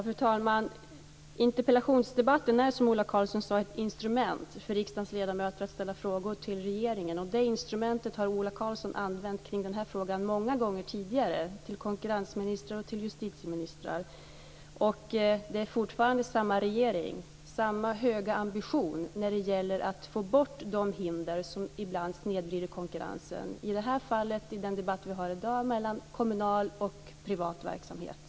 Fru talman! Interpellationsdebatten är, som Ola Karlsson sade, ett instrument för riksdagens ledamöter att ställa frågor till regeringen. Det instrumentet har Ola Karlsson använt många gånger tidigare i den här frågan och ställt frågor till konkurrensministrar och justitieministrar. Det är fortfarande samma regering och samma höga ambition att få bort de hinder som ibland snedvrider konkurrensen. I det här fallet, i den debatt vi har i dag, gäller det konkurrensen mellan kommunal och privat verksamhet.